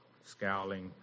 scowling